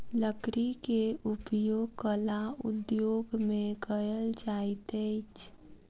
लकड़ी के उपयोग कला उद्योग में कयल जाइत अछि